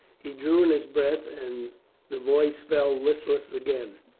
he drew in his breath and the voice fell listless again.